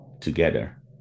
together